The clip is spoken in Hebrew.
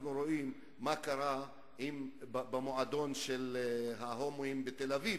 אנחנו רואים מה קרה במועדון של ההומואים בתל-אביב,